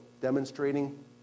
demonstrating